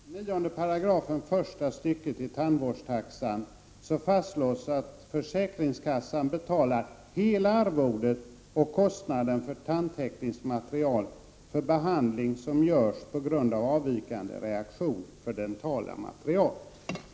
Fru talman! Jag tror att jag behöver upplysa kammarens ledamöter om att i98§ första stycket i tandvårdstaxan fastslås att försäkringskassan betalar hela arvodet och kostnaden för tandtekniskt material och för behandling som görs på grund av avvikande reaktion för dentala material.